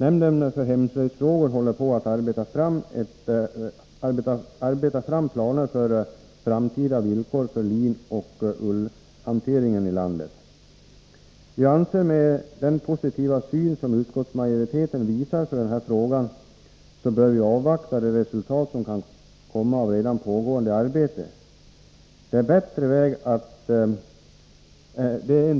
Nämnden håller på att organisera uppföljningen av beslut från nämnda konferens för att uppnå förbättrade möjligheter för linodling och linhantering inom landet och skall också undersöka möjligheterna att utnyttja svensk ull i textilproduktionen. Med den positiva syn som utskottsmajoriteten visar i frågan anser vi att man bör avvakta resultatet av redan pågående arbete. Det är en